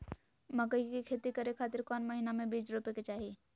मकई के खेती करें खातिर कौन महीना में बीज रोपे के चाही?